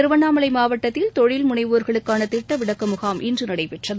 திருவண்ணாமலை மாவட்டத்தில் தொழில் முனைவோர்களுக்கான திட்ட விளக்க முகாம் இன்று நடைபெற்றது